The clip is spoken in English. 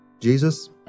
Jesus